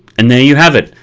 and there you have it.